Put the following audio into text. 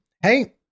Hey